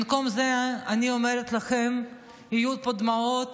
במקום זה, אני אומרת לכם, יהיו פה דמעות